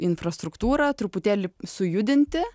infrastruktūrą truputėlį sujudinti